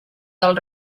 del